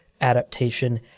adaptation